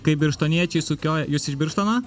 kaip birštoniečiai sukioja jus iš birštono